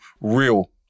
real